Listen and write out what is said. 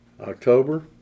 October